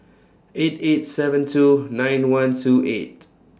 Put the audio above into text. eight eight seven two nine one two eight